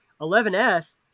11s